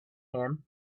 him